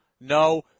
no